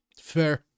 Fair